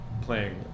playing